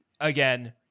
again